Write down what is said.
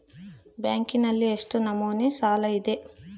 ಬ್ಯಾಂಕಿನಲ್ಲಿ ಎಷ್ಟು ನಮೂನೆ ಸಾಲ ಇದೆ?